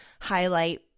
highlight